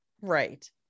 right